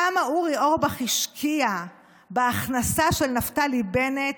כמה אורי אורבך השקיע בהכנסה של נפתלי בנט